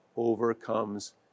Overcomes